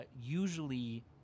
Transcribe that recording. usually